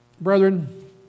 brethren